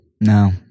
No